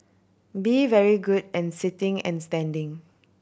be very good and sitting and standing